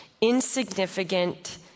insignificant